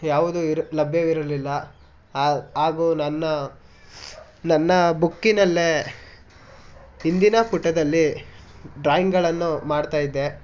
ಯಾವುದೂ ಇರ್ ಲಭ್ಯವಿರಲಿಲ್ಲ ಹಾಗೂ ನನ್ನ ನನ್ನ ಬುಕ್ಕಿನಲ್ಲೇ ಹಿಂದಿನ ಪುಟದಲ್ಲಿ ಡ್ರಾಯಿಂಗಳನ್ನು ಮಾಡ್ತಾಯಿದ್ದೆ